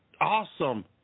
Awesome